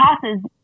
costs